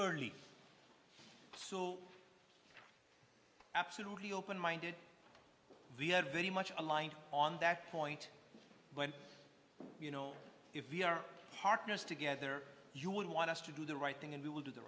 early so absolutely open minded the very much aligned on that point when you know if we are partners together you would want us to do the right thing and we will do the